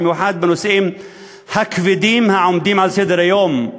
במיוחד בנושאים הכבדים העומדים על סדר-היום,